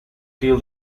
kill